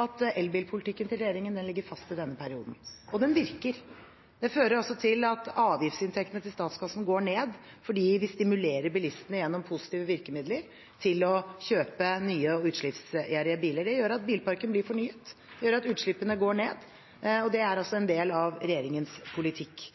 at elbilpolitikken til regjeringen ligger fast i denne perioden – og den virker. Den fører til at avgiftsinntektene til statskassen går ned fordi vi stimulerer bilistene gjennom positive virkemidler til å kjøpe nye og utslippsgjerrige biler. Det gjør at bilparken blir fornyet. Det gjør at utslippene går ned. Det er altså en del av regjeringens politikk.